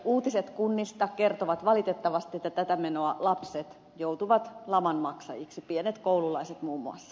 uutiset kunnista kertovat valitettavasti että tätä menoa lapset joutuvat laman maksajiksi pienet koululaiset muun muassa